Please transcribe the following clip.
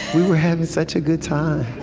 we were having such a good time,